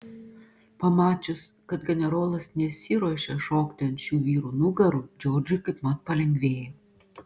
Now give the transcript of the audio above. pamačius kad generolas nesiruošia šokti ant šių vyrų nugarų džordžui kaipmat palengvėjo